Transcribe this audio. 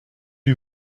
lui